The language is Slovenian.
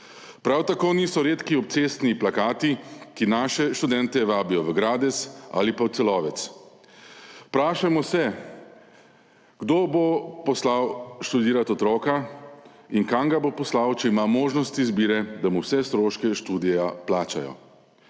Prav tako niso redki cestni plakati, ki naše študente vabijo v Gradec ali pa v Celovec. Vprašajmo se, kdo bo poslal študirati otroka in kam ga bo poslal, če ima možnosti izbire, da mu vse stroške študija plačajo.